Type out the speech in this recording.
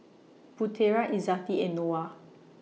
Putera Izzati and Noah